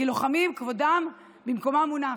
כי לוחמים כבודם במקומו מונח.